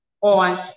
on